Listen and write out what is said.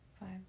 five